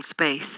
space